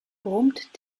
brummt